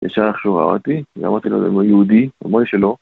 יש שאלה חשובה, באתי, גם אמרתי לו, זה לא יהודי, אמר לי שלא.